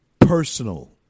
personal